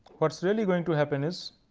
what is really going to happen is